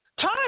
time